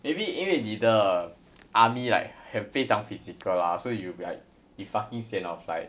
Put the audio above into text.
maybe 因为你的 army like have 非常 physical lah so you will be like you fucking sian of like